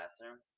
bathroom